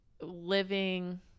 living